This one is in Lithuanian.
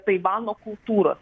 taivano kultūros